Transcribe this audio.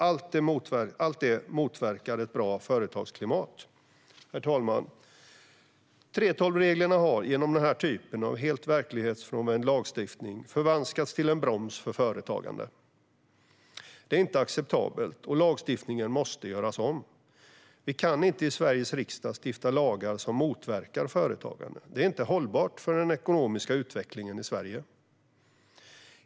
Allt detta motverkar ett bra företagsklimat. Herr talman! 3:12-reglerna har genom den här typen av helt verklighetsfrånvänd lagstiftning förvanskats till en broms för företagande. Det är inte acceptabelt, och lagstiftningen måste göras om. Vi kan inte i Sveriges riksdag stifta lagar som motverkar företagande. Det är inte hållbart för den ekonomiska utvecklingen i Sverige.